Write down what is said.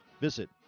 Visit